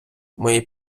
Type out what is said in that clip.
мої